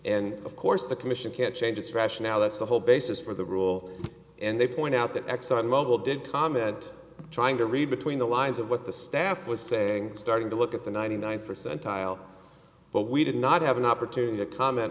and of course the commission can't change its rationale that's the whole basis for the rule and they point out that exxon mobil did comment trying to read between the lines of what the staff was saying starting to look at the ninety ninth percentile but we did not have an opportunity to comment